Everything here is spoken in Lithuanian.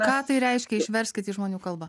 ką tai reiškia išverskit į žmonių kalbą